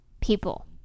people